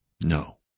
No